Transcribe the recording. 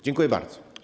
Dziękuję bardzo.